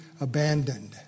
abandoned